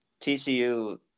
TCU